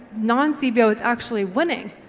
non-cbo is actually winning,